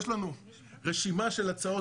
יש לנו רשימה של הצעות,